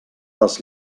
les